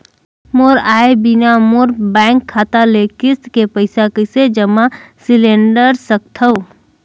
मोर आय बिना मोर बैंक खाता ले किस्त के पईसा कइसे जमा सिलेंडर सकथव?